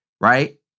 right